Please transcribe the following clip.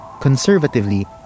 conservatively